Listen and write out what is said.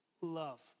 love